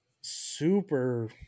super